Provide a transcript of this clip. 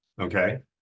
okay